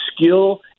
skill